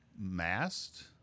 Mast